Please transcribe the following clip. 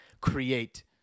create